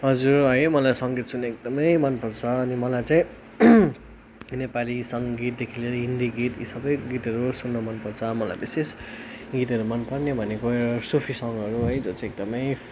हजुर है मलाई सङ्गीत सुन्नु एकदमै मनपर्छ अनि मलाई चाहिँ नेपाली सङ्गीतदेखि लिएर हिन्दी गीत यी सबै गीतहरू सुन्नु मनपर्छ मलाई विशेष गीतहरू मनपर्ने भनेको सुफी सङ्गहरू है जो चाहिँ एकदमै